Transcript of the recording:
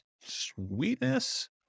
Sweetness